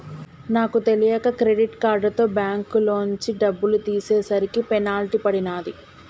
నాకు తెలియక క్రెడిట్ కార్డుతో బ్యేంకులోంచి డబ్బులు తీసేసరికి పెనాల్టీ పడినాది